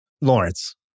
Lawrence